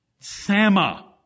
Sama